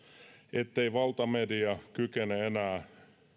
ettei valtamedia kykene enää